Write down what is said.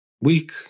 week